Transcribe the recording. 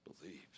believes